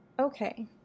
Okay